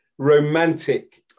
romantic